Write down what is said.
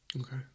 Okay